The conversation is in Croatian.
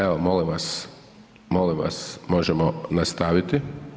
Evo molim vas možemo nastaviti.